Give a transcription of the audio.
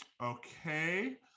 Okay